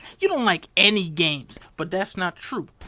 you don't like any games! but that's not true.